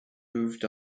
moved